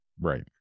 Right